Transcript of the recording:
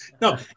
No